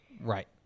Right